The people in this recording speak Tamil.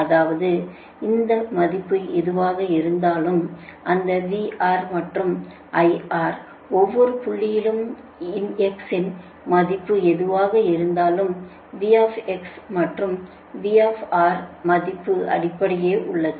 அதாவது x இன் மதிப்பு எதுவாக இருந்தாலும் அந்த VR மற்றும் IR ஒவ்வொரு புள்ளியிலும் இன் x மதிப்பு எதுவாக இருந்தாலும் v மற்றும் VR மதிப்பு அப்படியே உள்ளது